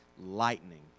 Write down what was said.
lightning